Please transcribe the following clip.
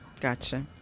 Gotcha